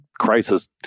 crisis